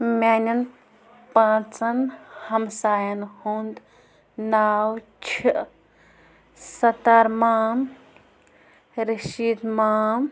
میٲنٮ۪ن پانژَن ہَمسایَن ہُند ناو چھُ سَتار مام رٔشیٖد مام